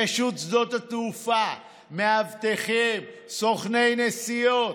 רשות שדות התעופה, מאבטחים, סוכני נסיעות,